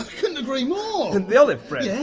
couldn't agree more! and the olive bread, yeah?